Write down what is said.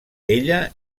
ella